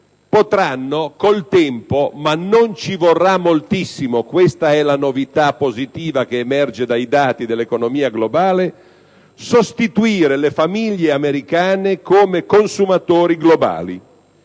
potranno col tempo (ma non ci vorrà moltissimo, e questa è la novità positiva che emerge dai dati dell'economia globale) sostituire le famiglie americane come consumatori globali.